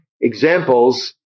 examples